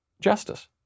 justice